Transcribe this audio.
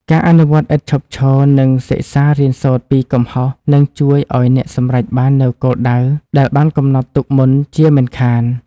ការអនុវត្តឥតឈប់ឈរ និងសិក្សារៀនសូត្រពីកំហុសនឹងជួយឱ្យអ្នកសម្រេចបាននូវគោលដៅដែលបានកំណត់ទុកមុនជាមិនខាន។